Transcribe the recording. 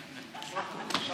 תודה רבה, אדוני היושב-ראש.